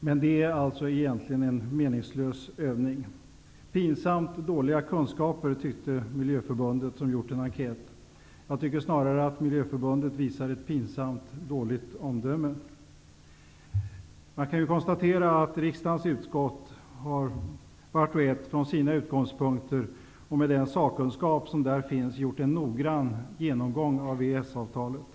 Men det är egentligen en meningslös övning. Pinsamt dåliga kunskaper, tyckte Miljöförbundet som gjort en enkät. Jag tycker snarare att Miljöförbundet visar ett pinsamt dåligt omdöme. Man kan konstatera att riksdagens utskott, vart och ett från sina utgångspunkter och med den sakkunskap som där finns, har gjort en noggrann genomgång av EES-avtalet.